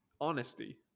honesty